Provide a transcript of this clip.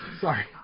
Sorry